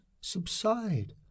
subside